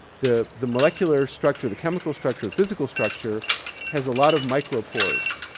the the molecular structure, the chemical structure, the physical structure has a lot of micropores.